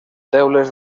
teules